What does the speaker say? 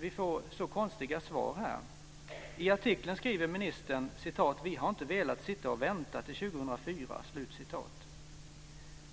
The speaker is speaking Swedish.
Vi får så konstiga svar här. I artikeln skriver ministern: "Vi har inte velat sitta och vänta till 2004."